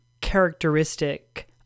characteristic